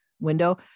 window